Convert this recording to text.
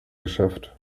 geschafft